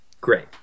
great